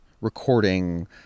recording